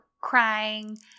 crying